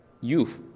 youth